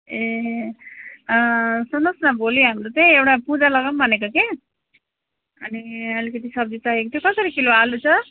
ए सुन्नुहोस् न भोलि हाम्रो चाहिँ एउटा पूजा लगाउँ भनेको कि अनि अलिकति सब्जी चाहिएको थियो कसरी किलो आलु छ